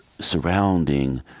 surrounding